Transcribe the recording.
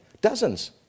Dozens